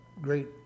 great